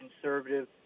conservative